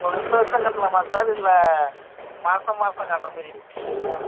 பத்து வருஷம் கட்டலாமா சார் இல்லை மாதம் மாதம் கட்டுற மாதிரி இருக்குங்களா சார்